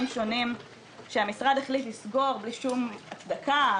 שונים שהמשרד החליט לסגור בלי שום הצדקה,